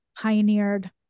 pioneered